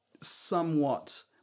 somewhat